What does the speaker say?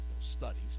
studies